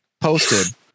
posted